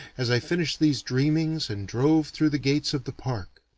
as i finished these dreamings and drove through the gates of the park.